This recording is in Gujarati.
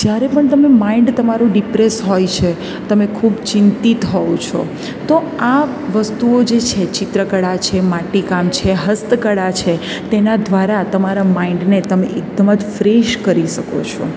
જ્યારે પણ તમે માઇન્ડ તમારું ડિપ્રેસ હોય છે તમે ખૂબ ચિંતિત હોવ છો તો આ વસ્તુઓ જે છે ચિત્રકળા છે માટીકામ છે હસ્તકળા છે તેના દ્વારા તમારા માઇન્ડને તમે એકદમ જ ફ્રેશ કરી શકો છો